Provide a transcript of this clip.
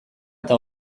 eta